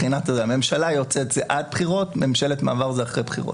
ממשלה יוצאת זה עד בחירות וממשלת מעבר זה אחרי בחירות.